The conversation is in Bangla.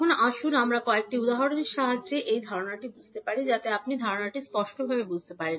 এখন আসুন আমরা কয়েকটি উদাহরণের সাহায্যে এই ধারণাটি বুঝতে পারি যাতে আপনি ধারণাটি স্পষ্টভাবে বুঝতে পারেন